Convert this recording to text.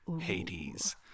Hades